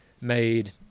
made